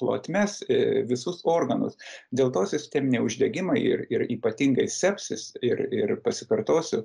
plotmes e visus organus dėl to sisteminiai uždegimą ir ir ypatingai sepsis ir ir pasikartosiu